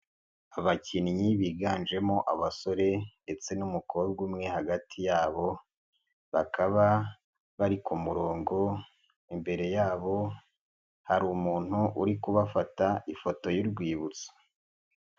Abakinnyi biganjemo abasore ndetse n'umukobwa umwe hagati yabo, bakaba bari ku murongo, imbere yabo hari umunti uri kubafata ifoto y'urwibutso.